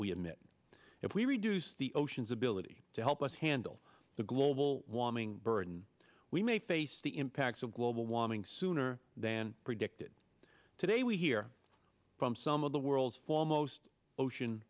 emit if we reduce the oceans ability to help us handle the global warming burden we may face the impacts of global warming sooner than predicted today we hear from some of the world's foremost ocean